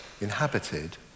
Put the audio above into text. inhabited